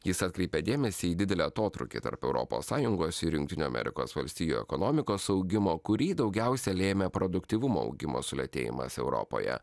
jis atkreipė dėmesį į didelį atotrūkį tarp europos sąjungos ir jungtinių amerikos valstijų ekonomikos augimo kurį daugiausia lėmė produktyvumo augimo sulėtėjimas europoje